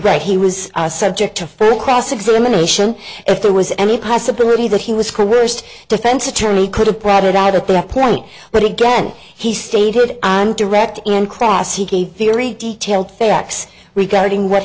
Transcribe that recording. right he was subject to further cross examination if there was any possibility that he was coerced defense attorney could have brought it out at that point but again he stated i'm direct and cross he gave theory detailed facts regarding what